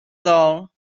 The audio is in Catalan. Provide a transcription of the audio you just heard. dol